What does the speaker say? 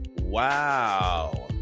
wow